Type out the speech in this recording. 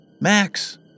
Max